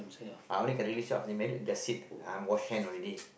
I only can really make sure after married that's it I wash hand already